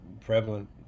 prevalent